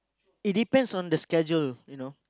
it depends on the schedule you know